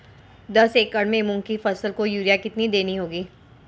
दस एकड़ में मूंग की फसल को यूरिया कितनी देनी होगी?